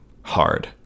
hard